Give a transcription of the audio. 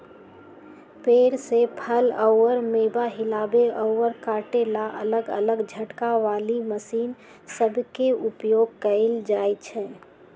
पेड़ से फल अउर मेवा हिलावे अउर काटे ला अलग अलग झटका वाली मशीन सब के उपयोग कईल जाई छई